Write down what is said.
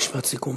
משפט סיכום,